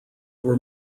were